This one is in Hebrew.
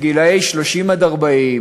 גילאי 30 40,